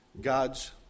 God's